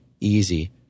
easy